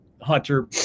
Hunter